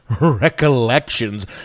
recollections